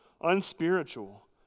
unspiritual